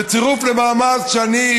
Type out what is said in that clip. בצירוף למאמץ שאני,